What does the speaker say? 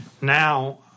Now